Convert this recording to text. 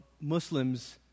Muslims